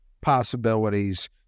possibilities